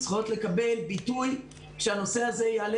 צריכות לקבל ביטוי כשהנושא הזה יעלה